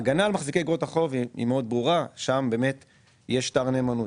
ההגנה על מחזיקי אגרות החוב מאוד ברורה - שם יש שטר נאמנות,